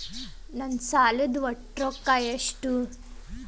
ನನ್ನ ಸಾಲದ ಒಟ್ಟ ರೊಕ್ಕ ಎಷ್ಟು?